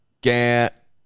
Get